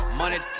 money